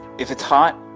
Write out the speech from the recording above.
if it's hot,